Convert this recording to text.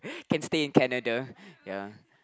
can stay in Canada ya